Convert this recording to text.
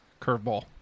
curveball